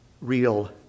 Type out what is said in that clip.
real